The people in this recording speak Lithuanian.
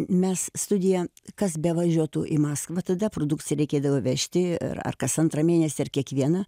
mes studiją kas bevažiuotų į maskvą tada produkciją reikėdavo vežti ar kas antrą mėnesį ar kiekvieną